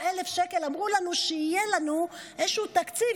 אמרו לנו שיהיה לנו איזשהו תקציב,